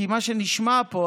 כי מה שנשמע פה,